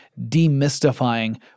demystifying